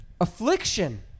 Affliction